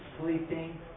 sleeping